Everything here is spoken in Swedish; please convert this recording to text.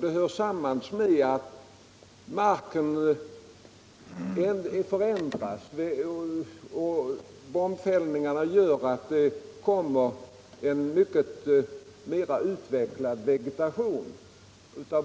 Det beror på att marken förändras genom bombfällningarna, som medverkar till att utveckla t.ex.